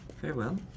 Farewell